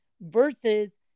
versus